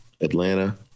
Atlanta